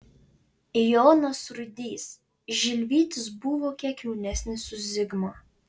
jonas rudys žilvytis buvo kiek jaunesnis už zigmą